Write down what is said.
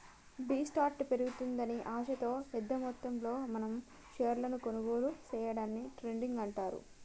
B స్టార్ట్ పెరుగుతుందని ఆశతో పెద్ద మొత్తంలో మనం షేర్లను కొనుగోలు సేయడాన్ని ట్రేడింగ్ అంటారు